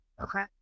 okay